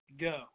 Go